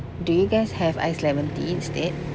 do you guys have iced lemon tea instead